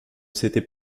s’était